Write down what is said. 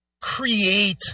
create